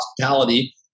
hospitality